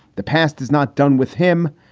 the past is not done with him.